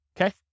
okay